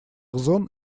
зон